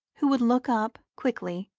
who would look up quickly,